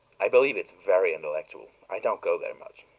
i believe it is very intellectual. i don't go there much,